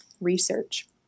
research